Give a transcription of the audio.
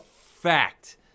fact